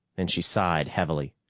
then she sighed heavily.